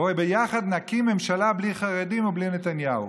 נקים ממשלה בלי חרדים ובלי נתניהו.